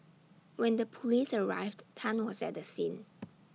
when the Police arrived Tan was at the scene